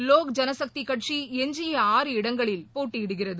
லோக் ஜனசக்திகட்சி எஞ்சிய ஆறு இடங்களில் போட்டியிடுகிறது